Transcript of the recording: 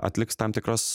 atliks tam tikras